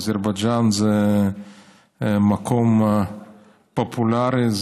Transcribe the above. אזרבייג'ן זה מקום פופולרי,